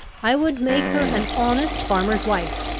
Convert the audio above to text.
i would make her an honest farmer's wife,